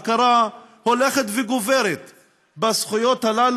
הכרה הולכת וגוברת בזכויות האלה